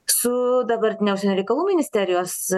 su dabartine užsienio reikalų ministerijos